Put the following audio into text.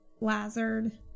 Lazard